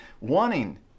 wanting